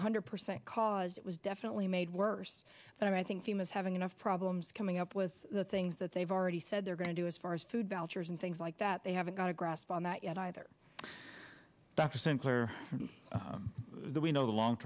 one hundred percent cause it was definitely made worse but i think humans having enough problems coming up with the things that they've already said they're going to do as far as food vouchers and things like that they haven't got a grasp on that yet either dr sensor that we know the long